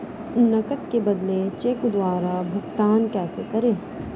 नकद के बदले चेक द्वारा भुगतान कैसे करें?